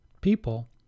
people